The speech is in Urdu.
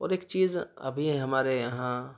اور ایک چیز ابھی یہ ہمارے یہاں